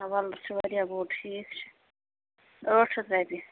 وۄلُر چھُ واریاہ بوٚڑ ٹھیٖک چھُ ٲٹھ شیٚتھ رۄپیہِ